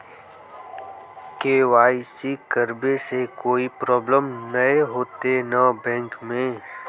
KYC करबे से कोई प्रॉब्लम नय होते न बैंक में?